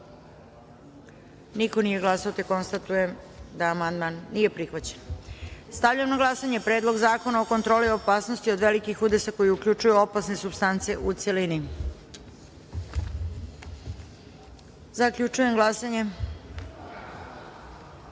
Niko nije konstatovao. Konstatujem da amandman nije prihvaćen. Stavljam na glasanje Predlog zakona o kontroli opasnosti od velikih udesa koji uključuje opasne supstance, u celini. Zaključujem glasanje: